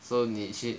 so 你去